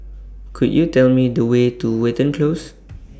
Could YOU Tell Me The Way to Watten Close